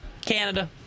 Canada